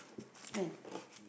when